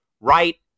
Right